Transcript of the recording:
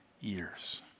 years